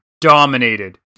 Dominated